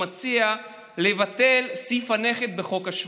מציע לבטל את סעיף הנכד בחוק השבות.